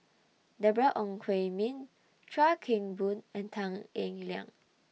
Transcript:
Deborah Ong Hui Min Chuan Keng Boon and Tan Eng Liang